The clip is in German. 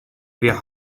wir